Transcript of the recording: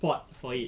port for it